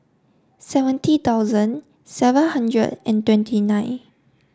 seventy thousand seven hundred and twenty nine